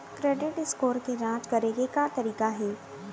Credit score के जाँच करे के का तरीका हे?